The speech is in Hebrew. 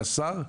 להכרעה של השר?